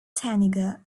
tangier